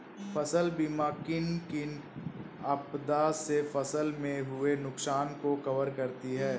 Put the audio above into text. फसल बीमा किन किन आपदा से फसल में हुए नुकसान को कवर करती है